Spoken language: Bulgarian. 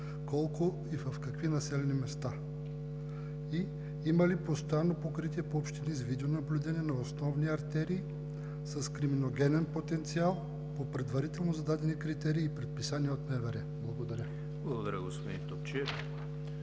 Колко и в какви населени места? Има ли постоянно покритие по общини с видеонаблюдение на основни артерии с криминогенен потенциал по предварително зададени критерии и предписания от МВР? Благодаря. ПРЕДСЕДАТЕЛ